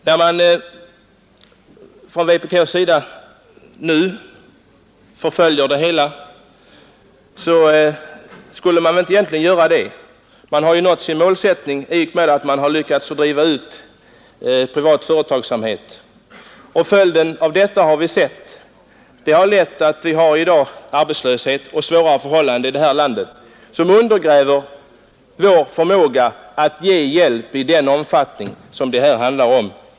När vpk nu förföljer svensk företagsamhet som etableras utomlands skulle man egentligen inte göra det. Man har ju nått sitt mål i och med att man lyckats driva ut privat företagsamhet ur landet. Följden därav har vi sett: Vi har i dag i detta land arbetslöshet och svåra ekonomiska förhållanden som undergräver vår förmåga att till tredje världens länder ge hjälp i den omfattning som det här handlar om.